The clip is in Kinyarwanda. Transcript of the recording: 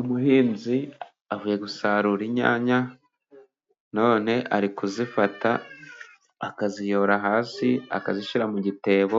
Umuhinzi avuye gusarura inyanya. none ari kuzifata akaziyora hasi, akazishyira mu gitebo,